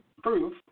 proof